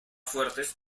fuertes